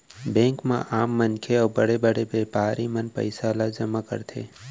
bank म आम मनखे अउ बड़े बड़े बेपारी मन ह पइसा ल जमा करथे